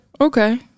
Okay